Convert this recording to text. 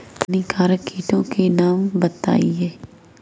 हानिकारक कीटों के नाम बताएँ?